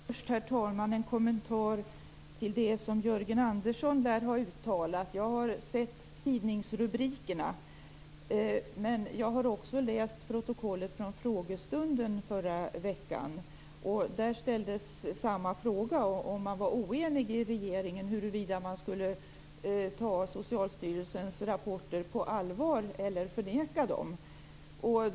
Herr talman! Först har jag en kommentar till det som Jörgen Andersson lär ha uttalat. Jag har sett tidningsrubrikerna. Jag har också läst protokollet från frågestunden förra veckan. Där ställdes samma fråga om man var oenig i regeringen huruvida man skulle ta Socialstyrelsens rapporter på allvar eller förneka dem.